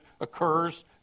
occurs